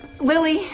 Lily